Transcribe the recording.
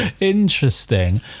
Interesting